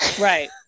right